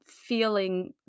feeling